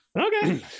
okay